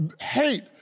hate